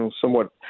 somewhat